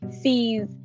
sees